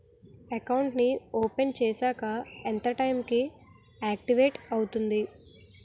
Account నీ open చేశాక ఎంత టైం కి ఆక్టివేట్ అవుతుంది?